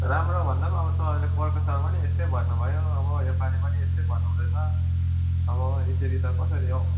राम्रो भन्दा पनिअब तपाईँले पोहोरको साल पनि यस्तै भन्नुभयो अब योपालि पनि यस्तै भन्नुहुँदैछ अब यसरी त कसरी हो